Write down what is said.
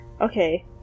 okay